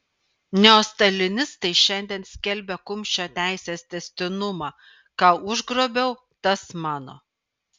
neostalinistai šiandien skelbia kumščio teisės tęstinumą ką užgrobiau tas mano